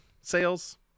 Sales